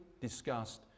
discussed